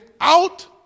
out